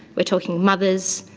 we're talking mothers,